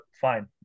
fine